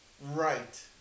Right